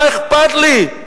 מה אכפת לי?